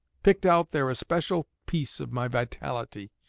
picked out their especial piece of my vitality,